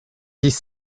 dix